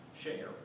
share